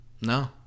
No